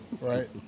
right